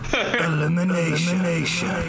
Elimination